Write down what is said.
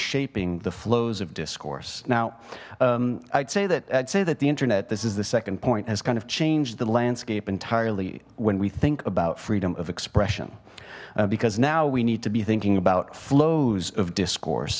shaping the flows of discourse now i'd say that i'd say that the internet this is the second point has kind of changed the landscape entirely when we think about freedom of expression because now we need to be thinking about flows of discourse